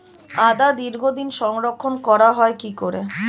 আদা দীর্ঘদিন সংরক্ষণ করা হয় কি করে?